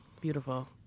Beautiful